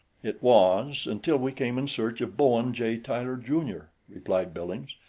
it was, until we came in search of bowen j. tyler, jr, replied billings.